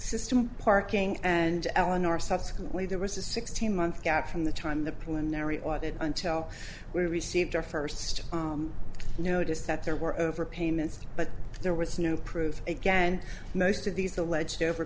system parking and eleanor subsequently there was a sixteen month gap from the time the preliminary audit until we received our first notice that there were over payments but there was no proof again most of these alleged over